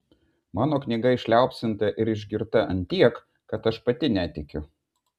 mano knyga išliaupsinta ir išgirta ant tiek kad aš pati netikiu